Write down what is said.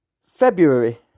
February